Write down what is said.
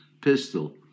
pistol